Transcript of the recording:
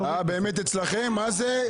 באמת, אצלכם, מה זה?